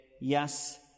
yes